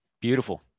Beautiful